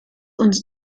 uns